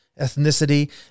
ethnicity